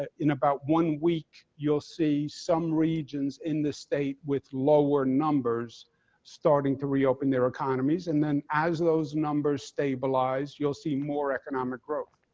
ah in about a week, you will see some regions in the state with lower numbers starting to reopen their economies and then, as those numbers stabilize, you will see more economic growth.